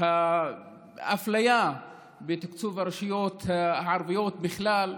את האפליה בתקצוב הרשויות הערביות בכלל,